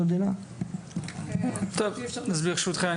ברשותכם,